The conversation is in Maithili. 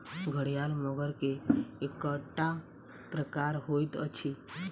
घड़ियाल मगर के एकटा प्रकार होइत अछि